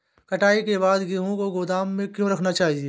कटाई के बाद गेहूँ को गोदाम में क्यो रखना चाहिए?